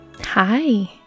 Hi